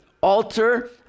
altar